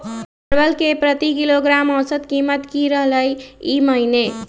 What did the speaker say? परवल के प्रति किलोग्राम औसत कीमत की रहलई र ई महीने?